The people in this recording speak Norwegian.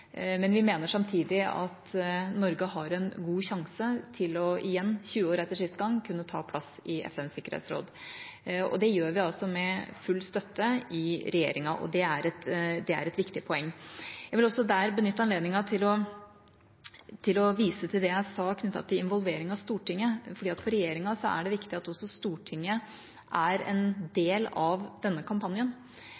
Men vi mener samtidig at Norge har en god sjanse til igjen, 20 år etter forrige gang, å kunne ta plass i FNs sikkerhetsråd. Det gjør vi med full støtte i regjeringa. Det er et viktig poeng. Jeg vil benytte anledningen til å vise til det jeg sa om involvering av Stortinget: For regjeringa er det viktig at også Stortinget er en